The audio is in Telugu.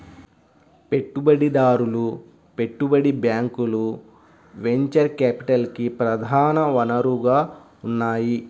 పెట్టుబడిదారులు, పెట్టుబడి బ్యాంకులు వెంచర్ క్యాపిటల్కి ప్రధాన వనరుగా ఉన్నాయి